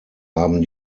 haben